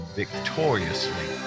victoriously